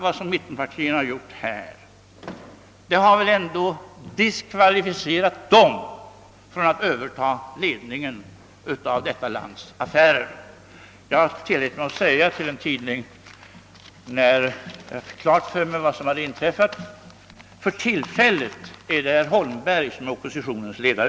Vad mittenpartierna här gjort har väl ändå diskvalificerat dem från att överta ledningen av detta lands affärer. När jag fick klart för mig vad som hade inträffat tillät jag mig att säga till en tidning: »För tillfället är det herr Holmberg som är oppositionens ledare!»